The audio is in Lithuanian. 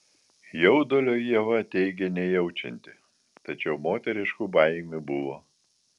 jaudulio ieva teigė nejaučianti tačiau moteriškų baimių buvo